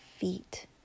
feet